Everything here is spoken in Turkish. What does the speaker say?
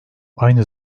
aynı